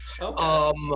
Okay